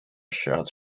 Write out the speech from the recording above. shots